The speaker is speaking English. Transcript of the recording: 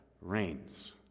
reigns